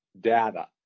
data